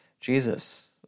Jesus